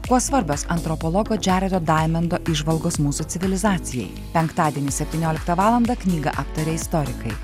kuo svarbios antropologo džererio daimendo įžvalgos mūsų civilizacijai penktadienį septynioliktą valandą knygą aptaria istorikai